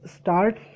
start